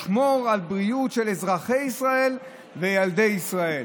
לשמור על הבריאות של אזרחי ישראל וילדי ישראל.